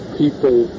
people